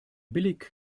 billig